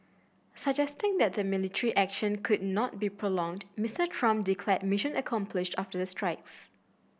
suggesting that the military action could not be prolonged Mister Trump declared mission accomplished after the strikes